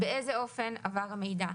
באיזה אופן עבר המידע?